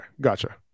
gotcha